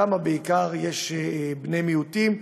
שם בעיקר יש בני מיעוטים,